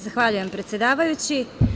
Zahvaljujem, predsedavajući.